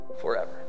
forever